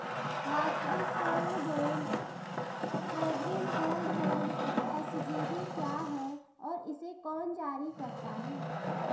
राष्ट्रिक स्वर्ण bond sovereign gold bond SGB क्या है और इसे कौन जारी करता है?